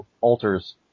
alters